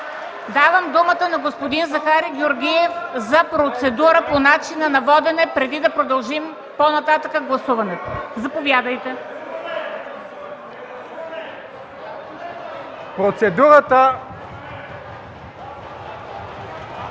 Давам думата на господин Захари Георгиев за процедура по начина на водене, преди да продължим по-нататък с гласуването. Заповядайте.